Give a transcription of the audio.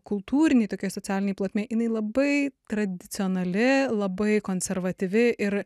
kultūrinėj tokioj socialinėj plotmėj jinai labai tradicionali labai konservatyvi ir